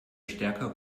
stärker